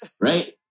Right